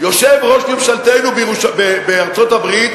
יושב ראש ממשלתנו בארצות-הברית,